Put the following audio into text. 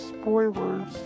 Spoilers